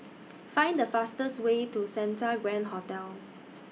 Find The fastest Way to Santa Grand Hotel